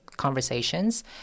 Conversations